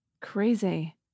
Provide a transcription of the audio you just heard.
Crazy